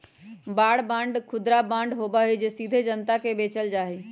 war bond खुदरा bond होबा हई जो सीधे जनता के बेचल जा हई